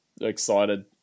excited